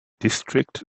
district